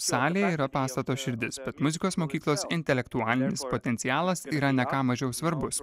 salė yra pastato širdis bet muzikos mokyklos intelektualinis potencialas yra ne ką mažiau svarbus